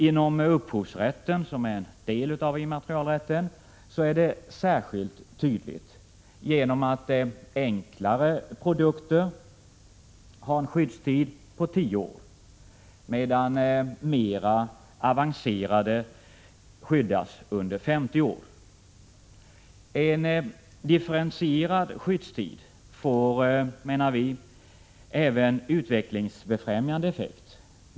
Inom upphovsmannarätten, som är en del av immaterialrätten, är detta särskilt tydligt, genom att enklare produkter har en skyddstid på tio år medan mer avancerade skyddas under 50 år. En differentierad skyddstid får också, menar folkpartiet, utvecklingsbefrämjande effekt.